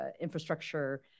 infrastructure